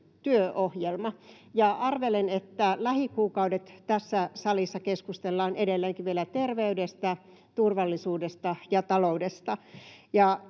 työohjelma, ja arvelen, että lähikuukaudet tässä salissa keskustellaan edelleenkin terveydestä, turvallisuudesta ja taloudesta.